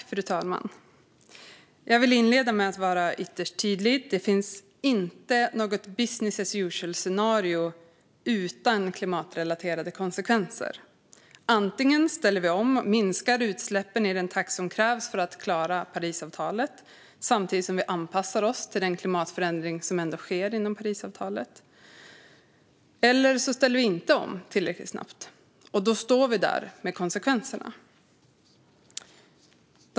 Fru talman! Jag vill inleda med att vara ytterst tydlig. Det finns inte något business as usual-scenario utan klimatrelaterade konsekvenser. Antingen ställer vi om och minskar utsläppen i den takt som krävs för att klara Parisavtalet, samtidigt som vi anpassar oss till den klimatförändring som ändå sker inom Parisavtalet. Eller så ställer vi inte om tillräckligt snabbt, och då står vi där med konsekvenserna.